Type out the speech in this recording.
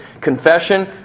confession